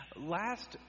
last